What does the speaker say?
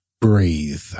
breathe